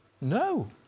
no